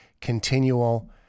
continual